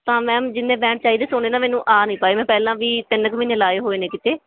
ਤਾਂ ਮੈਮ ਜਿੰਨੇ ਬੈਂਡ ਚਾਹੀਦੇ ਸੀ ਓਨੇ ਨਾ ਮੈਨੂੰ ਆ ਨਹੀਂ ਪਾਏ ਮੈਂ ਪਹਿਲਾਂ ਵੀ ਤਿੰਨ ਕੁ ਮਹੀਨੇ ਲਾਏ ਹੋਏ ਨੇ ਕਿਤੇ